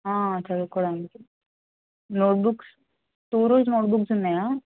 చదుకోవడానికి notebooks two rules notebooks ఉన్నాయా